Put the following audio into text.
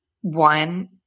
one